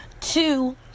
two